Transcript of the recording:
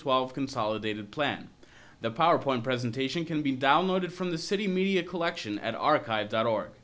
twelve consolidated plan the powerpoint presentation can be downloaded from the city media collection at archive dot org